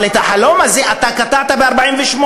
אבל את החלום הזה אתה קטעת ב-48',